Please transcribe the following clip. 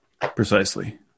Precisely